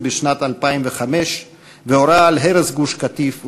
בשנת 2005 והורה על הרס גוש-קטיף וצפון-השומרון.